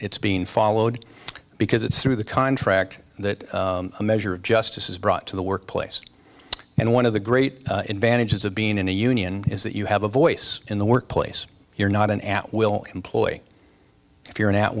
it's being followed because it's through the contract that a measure of justice is brought to the workplace and one of the great advantages of being in a union is that you have a voice in the workplace you're not an at will employee if you're an